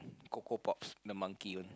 Coco pop the monkey one